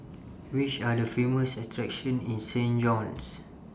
Which Are The Famous attractions in Saint John's